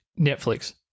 Netflix